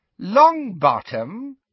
Longbottom